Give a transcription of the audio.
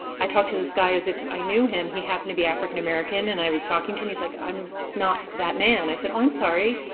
i talked to this guy as if i knew him. he happened to be african-american and i was talking to him. he's like, i'm not that man. i said, oh, i'm sorry,